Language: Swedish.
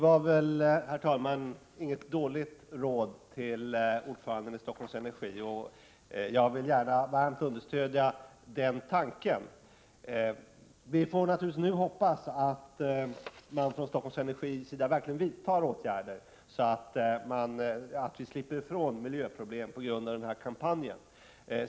KR ere Herr talman! Det var väl inget dåligt råd till ordföranden i Stockholm Energi, och jag vill gärna varmt understödja den tanken. Vi får naturligtvis att vi slipper miljöproblem på grund av den här kampanjen.